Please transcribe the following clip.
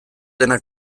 dena